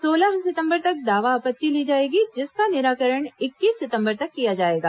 सोलह सितंबर तक दावा आपत्ति ली जाएगी जिसका निराकरण इक्कीस सितम्बर तक किया जाएगा